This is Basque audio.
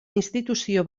instituzio